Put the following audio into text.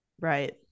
right